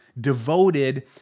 devoted